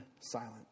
silent